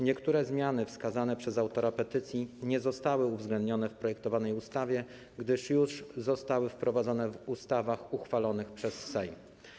Niektóre zmiany wskazane przez autora petycji nie zostały uwzględnione w projektowanej ustawie, gdyż już zostały wprowadzone w ustawach uchwalonych przez Sejm.